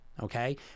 okay